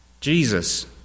Jesus